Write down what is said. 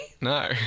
No